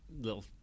little